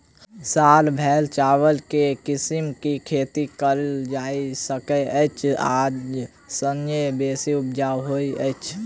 साल भैर चावल केँ के किसिम केँ खेती कैल जाय सकैत अछि आ संगे बेसी उपजाउ होइत अछि?